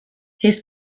his